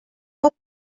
guck